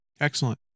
Excellent